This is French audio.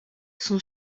son